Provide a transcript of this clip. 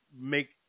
make